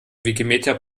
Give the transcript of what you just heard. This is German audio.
wikimedia